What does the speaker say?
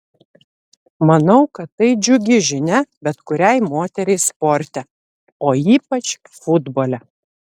manau kad tai džiugi žinia bet kuriai moteriai sporte o ypač futbole